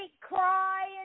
cry